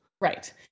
Right